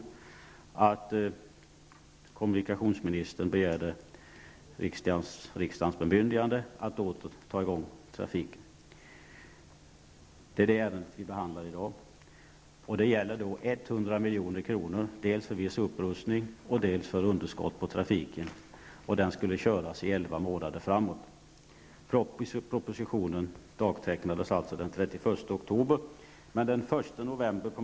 I denna begärde kommunikationsministern riksdagens bemyndigande att åter dra i gång trafiken. Det är detta ärende vi behandlar i dag. Det gäller 100 milj.kr. dels för viss upprustning, dels för underskott på trafiken. Trafiken skulle vara i gång elva månader framåt. Propositionen dagtecknades den 31 oktober. Den 1 november kl.